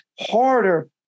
harder